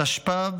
התשפ"ב